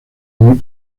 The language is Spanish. muy